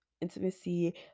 intimacy